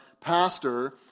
pastor